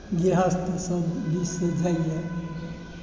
गृहस्थ सभ दिशसऽ जाइया